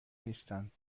نیستند